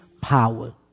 power